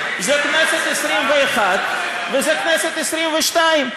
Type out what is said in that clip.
זו הכנסת העשרים-ואחת וזו הכנסת העשרים-ושתיים.